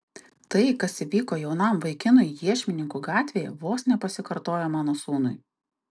tai kas įvyko jaunam vaikinui iešmininkų gatvėje vos nepasikartojo mano sūnui